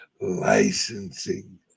licensing